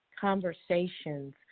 conversations